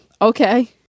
okay